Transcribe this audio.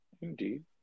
Indeed